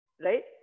right